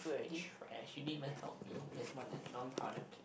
trash she did not help me just one and non crowded